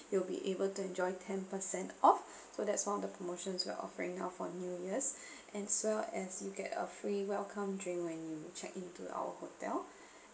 you'll be able to enjoy ten percent off so that's one of the promotions we're offering now for new year's as well as you get a free welcome drink when you check into our hotel